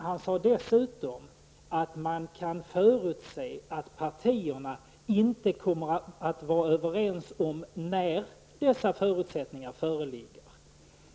Han sade dessutom att man kan förutse att partierna inte kommer att vara överens om när dessa förutsättningar föreligger.